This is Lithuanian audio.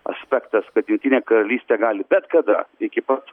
aspektas kad jungtinė karalystė gali bet kada iki pat